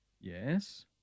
Yes